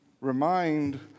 remind